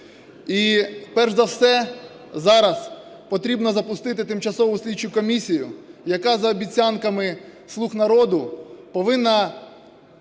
І перш за все зараз потрібно запустити тимчасову слідчу комісію, яка за обіцянками "слуг народу" повинна